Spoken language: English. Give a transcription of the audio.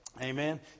Amen